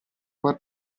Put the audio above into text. porta